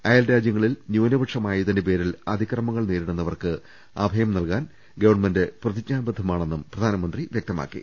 അയൽരാജ്യങ്ങ ളിൽ ന്യൂനപക്ഷമായതിന്റെ പേരിൽ അതിക്രമങ്ങൾ നേരിടുന്ന വർക്ക് അഭയം നൽകാൻ ഗവൺമെന്റ് പ്രതിജ്ഞാബദ്ധമാ ണെന്നും പ്രധാനമന്ത്രി വ്യക്തമാക്കി